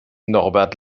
norbert